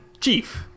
chief